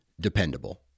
dependable